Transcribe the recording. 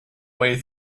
way